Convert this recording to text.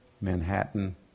Manhattan